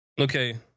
Okay